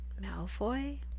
Malfoy